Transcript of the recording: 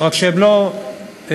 מה עם חירותו וכבודו של